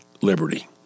liberty